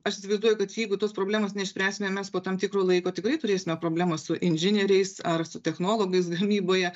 aš įsivaizduoju kad jeigu tos problemos neišspręsime mes po tam tikro laiko tikrai turėsime problemą su inžinieriais ar su technologais gamyboje